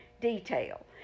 detail